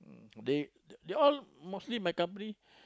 mm they they all mostly my company